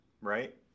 right